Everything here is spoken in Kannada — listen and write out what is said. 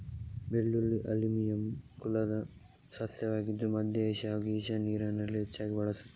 ಬೆಳ್ಳುಳ್ಳಿ ಆಲಿಯಮ್ ಕುಲದ ಸಸ್ಯವಾಗಿದ್ದು ಮಧ್ಯ ಏಷ್ಯಾ ಹಾಗೂ ಈಶಾನ್ಯ ಇರಾನಲ್ಲಿ ಹೆಚ್ಚಾಗಿ ಬಳಸುತ್ತಾರೆ